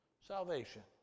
salvation